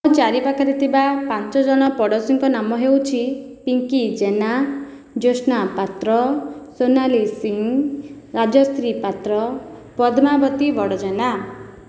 ମୋ ଚାରି ପାଖରେ ଥିବା ପାଞ୍ଚଜଣ ପଡ଼ୋଶୀଙ୍କ ନାମ ହେଉଛି ପିଙ୍କି ଜେନା ଜ୍ୟୋତ୍ସ୍ନା ପାତ୍ର ସୋନାଲି ସିଂ ରାଜଶ୍ରୀ ପାତ୍ର ପଦ୍ମମାବତୀ ବଡ଼ଜେନା